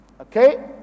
okay